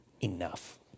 enough